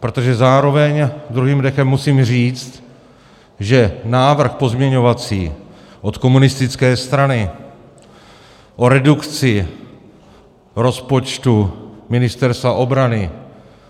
Protože zároveň druhým dechem musím říct, že pozměňovací návrh od komunistické strany o redukci rozpočtu Ministerstva obrany